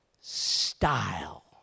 style